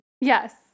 Yes